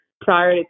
prior